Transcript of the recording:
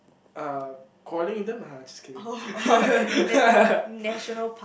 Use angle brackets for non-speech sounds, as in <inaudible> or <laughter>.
uh quarreling with them lah just kidding <laughs>